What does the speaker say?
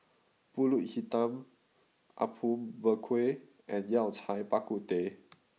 Pulut Hitam Apom Berkuah and Yao Cai Bak Kut Teh